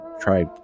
Try